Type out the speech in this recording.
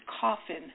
coffin